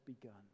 begun